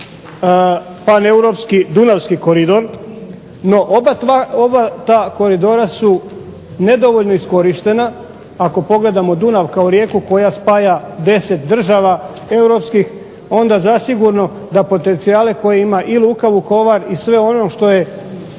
paneuropski dunavski koridor, no oba ta koridora su nedovoljno iskorištena, ako pogledamo Dunav kao rijeku koja spava 10 država europskih, onda zasigurno da potencijale koje ima i luka Vukovar i sve ono što je